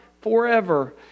forever